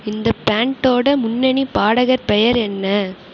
இந்த பேண்டோட முன்னணி பாடகர் பெயர் என்ன